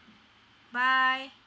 bye